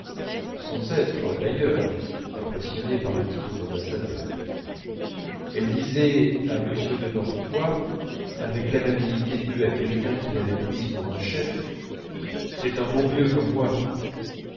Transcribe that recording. sans être d'ailleurs impressionnée par le titre d'ambassadeur elle disait de m de norpois avec l'amabilité due à quelqu'un qui l'avait prise pour un chef c'est un bon vieux comme moi